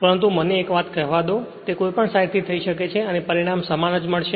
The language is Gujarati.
પરંતુ મને એક વાત કહેવા દો તે કોઈપણ સાઇડથી થઈ શકે છે અને પરિણામ સમાન જ મળશે